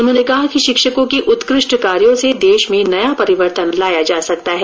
उन्होंने कहा कि शिक्षकों के उत्कष्ट कार्यो से देश में नया परिवर्तन लाया जा सकता हैं